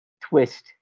twist